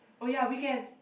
oh ya weekends